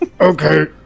Okay